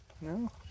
No